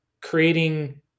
creating